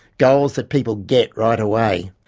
goals that people get right away.